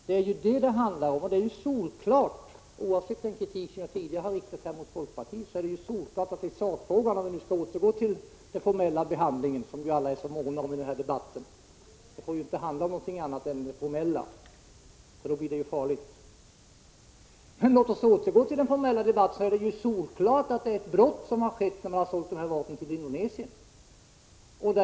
Det är detta det handlar om, och det är solklart, oavsett den kritik jag tidigare har riktat mot folkpartiet, att det i sakfrågan — om vi nu skall återgå till den formella behandlingen, som vi är så måna om i den här debatten; det får ju inte handla om någonting annat än det formella, för då blir det farligt — är ett brott som har begåtts när vi har sålt vapen till Indonesien.